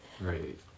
Right